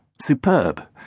Superb